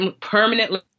permanently